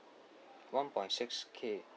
one point six K